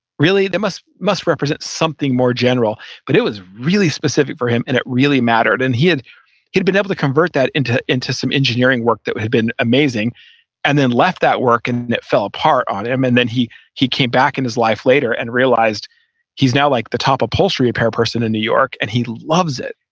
really they must must represent something more general but it was really specific for him and it really mattered. and he had been able to convert that into into some engineering work that had been amazing and then left that work and it fell apart on him. and then he he came back in his life later and realized he's now like the top upholstery repair person in new york and he loves it.